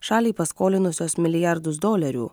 šaliai paskolinusios milijardus dolerių